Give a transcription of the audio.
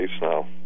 now